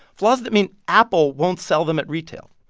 flaws that mean apple won't sell them at retail.